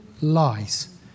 lies